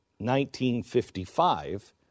1955